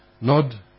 Nod